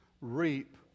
reap